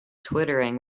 twittering